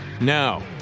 Now